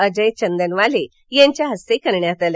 अजय चंदनवाले यांच्या हस्ते करण्यात आले